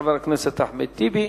חבר הכנסת אחמד טיבי.